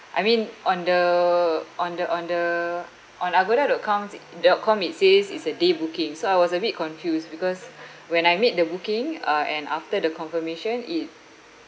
I mean on the on the on the on agoda dot coms it dot com it says it's a day booking so I was a bit confused because when I made the booking uh and after the confirmation it